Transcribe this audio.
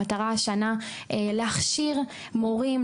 המטרה השנה להכשיר מורים.